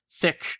thick